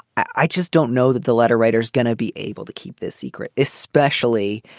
i just don't know that the letter writers gonna be able to keep this secret, especially,